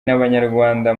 n’abanyarwanda